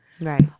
right